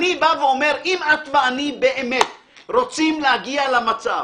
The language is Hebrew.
אני בא ואומר, אם את ואני באמת רוצים להגיע למצב